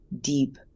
deep